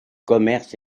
commerce